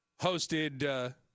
hosted